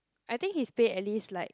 I think his pay at least like